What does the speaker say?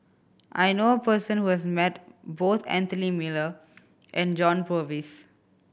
I know a person who has met both Anthony Miller and John Purvis